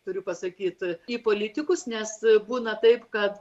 turiu pasakyt į politikus nes būna taip kad